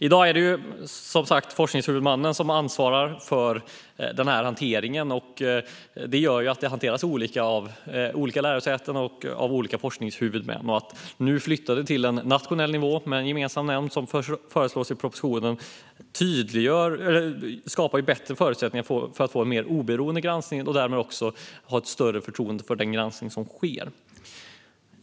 I dag är det forskningshuvudmannen som ansvarar för hanteringen. Det gör att dessa frågor hanteras olika av olika lärosäten och av olika forskningshuvudmän. Nu föreslås i propositionen att frågorna flyttas till en nationell nivå med en gemensam nämnd. Det skapar bättre förutsättningar för en mer oberoende granskning, och därmed kan det bli större förtroende för den granskning som sker.